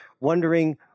wondering